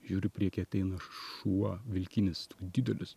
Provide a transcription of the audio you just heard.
žiūriu prieky ateina šuo vilkinis toks didelis